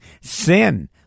sin